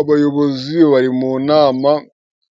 Abayobozi bari mu nama